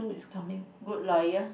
good lawyer